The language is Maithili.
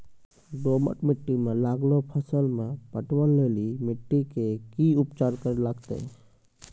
दोमट मिट्टी मे लागलो फसल मे पटवन लेली मिट्टी के की उपचार करे लगते?